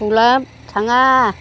फिसौला थाङा